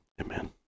amen